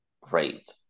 great